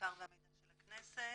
המחקר והמידע של הכנסת.